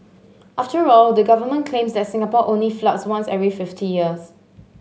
after all the government claims that Singapore only floods once every fifty years